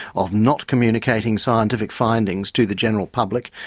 of not communicating scientific findings to the general public,